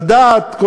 לדעת,